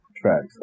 Tracks